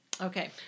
Okay